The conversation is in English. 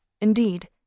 indeed